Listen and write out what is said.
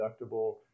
deductible